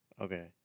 okay